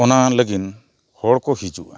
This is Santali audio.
ᱚᱱᱟ ᱞᱟᱹᱜᱤᱫ ᱦᱚᱲᱠᱚ ᱦᱤᱡᱩᱜᱼᱟ